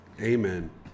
Amen